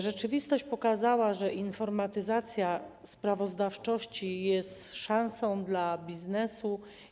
Rzeczywistość pokazała, że informatyzacja sprawozdawczości jest szansą dla biznesu.